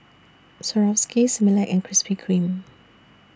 Swarovski Similac and Krispy Kreme